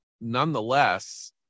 Nonetheless